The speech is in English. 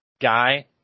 guy